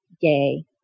gay